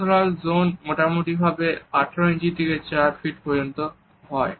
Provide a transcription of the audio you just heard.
personal zone মোটামুটি ভাবে 18 inch থেকে 4 ফিট পর্যন্ত হয়